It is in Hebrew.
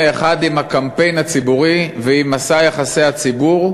אחד עם הקמפיין הציבורי ועם מסע יחסי הציבור,